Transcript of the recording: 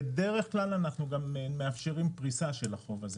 בדרך כלל אנחנו גם מאפשרים פריסה של החוב הזה.